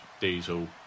Diesel